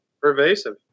pervasive